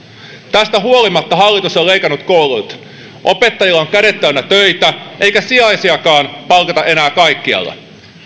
tästä huolimatta hallitus on leikannut kouluilta opettajilla on kädet täynnä töitä eikä sijaisiakaan palkata enää kaikkialla